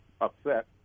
upset